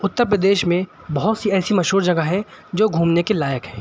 اتر پردیش میں بہت سی ایسی مشہور جگہ ہے جو گھومنے کے لائق ہے